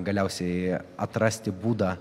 galiausiai atrasti būdą